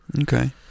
Okay